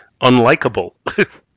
unlikable